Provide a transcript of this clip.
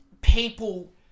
people